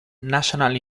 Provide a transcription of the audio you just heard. national